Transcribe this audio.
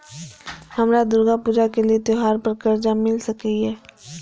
हमरा दुर्गा पूजा के लिए त्योहार पर कर्जा मिल सकय?